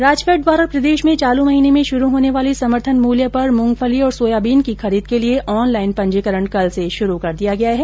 राजफैड द्वारा प्रदेश में चालू महीने में शुरू होने वाली समर्थन मूल्य पर मूंगफली और सोयाबीन की खरीद के लिये ऑनलाईन पंजीकरण कल से शुरू कर दिया गया है